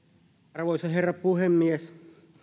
arvoisa herra puhemies